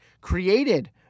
created